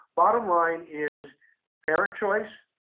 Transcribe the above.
bottom line is parent choice,